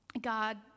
God